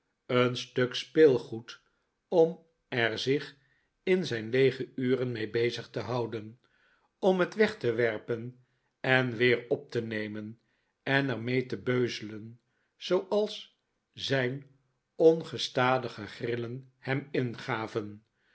een stuk speelgoed om er zich in zijn leege uren mee bezig te houden om het weg te werpen en weer op te nemen en er mee te beuzelen zooals zijn ongestadige grillen hem ingaven